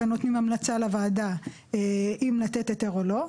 והם נותנים המלצה לוועדה האם לתת היתר או לא,